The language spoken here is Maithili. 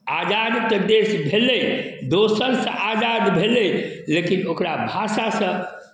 आजाद तऽ देश भेलै दोसरसे आजाद भेलै लेकिन ओकरा भाषासँ